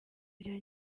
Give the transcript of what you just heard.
rya